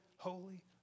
Holy